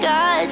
God